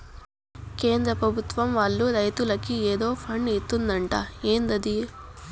కేంద్ర పెభుత్వం వాళ్ళు రైతులకి ఏదో ఫండు ఇత్తందట ఏందది